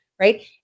Right